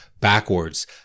backwards